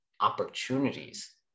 opportunities